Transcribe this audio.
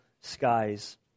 skies